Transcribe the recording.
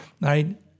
right